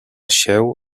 się